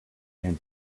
and